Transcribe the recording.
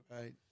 Right